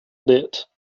lit